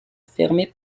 fermée